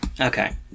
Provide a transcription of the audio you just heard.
Okay